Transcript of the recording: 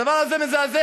הדבר הזה מזעזע.